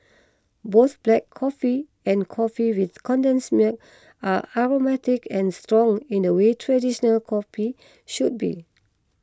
both black coffee and coffee with condensed milk are aromatic and strong in the way traditional coffee should be